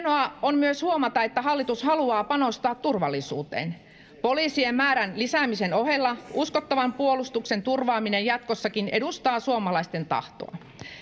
on myös huomata että hallitus haluaa panostaa turvallisuuteen poliisien määrän lisäämisen ohella uskottavan puolustuksen turvaaminen jatkossakin edustaa suomalaisten tahtoa